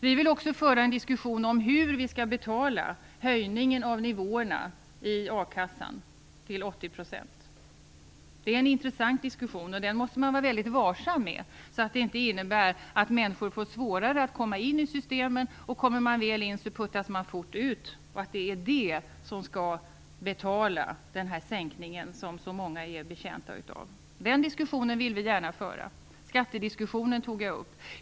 Vi vill också föra en diskussion om hur vi skall betala höjningen av nivåerna i a-kassan till 80 %. Det är en intressant diskussion. Den måste man vara väldigt varsam med. Det får inte innebära att människor får svårare att komma in i systemen och att man fort puttas ut om man väl kommer in. Det skall inte vara det som betalar den sänkning som så många är betjänta av. Den diskussionen vill vi gärna föra. Jag tog upp skattediskussionen.